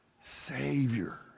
Savior